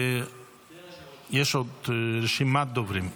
יש עוד רשימת דוברים.